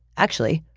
actually,